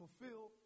fulfill